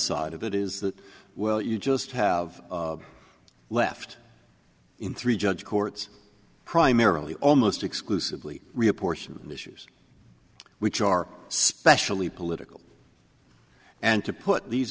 side of that is that well you just have left in three judge courts primarily almost exclusively reapportion issues which are specially political and to put these